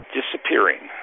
disappearing